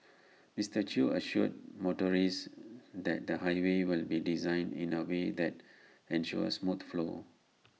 Mister chew assured motorists that the highway will be designed in A way that ensures smooth flow